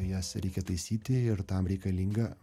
jas reikia taisyti ir tam reikalinga